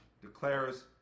declares